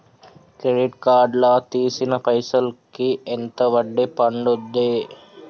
Credit card లా తీసిన పైసల్ కి ఎంత వడ్డీ పండుద్ధి?